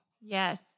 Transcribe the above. Yes